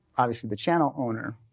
obviously the channel owner,